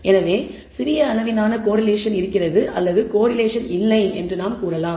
எனவே சிறிய அளவிலான கோரிலேஷன் இருக்கிறது அல்லது கோரிலேஷன் இல்லை என்று நாம் கூறலாம்